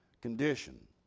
condition